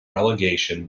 relegation